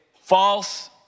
false